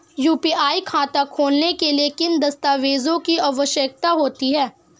UPI खाता खोलने के लिए किन दस्तावेज़ों की आवश्यकता होती है?